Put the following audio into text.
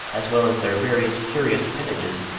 as well as their various curious appendages,